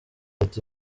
ati